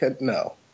no